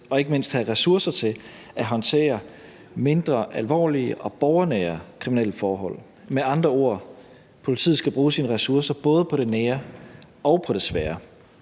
og ikke mindst have ressourcer til at håndtere mindre alvorlige og borgernære kriminelle forhold; med andre ord: Politiet skal bruge sine ressourcer på både det nære og det svære.